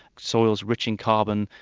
soils rich in carbon,